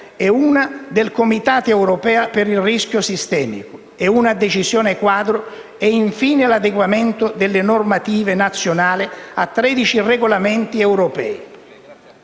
CERS (Comitato europeo per il rischio sistemico), una decisione quadro, e infine l'adeguamento delle normative nazionale a 13 regolamenti europei.